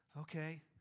okay